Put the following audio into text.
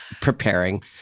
preparing